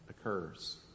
occurs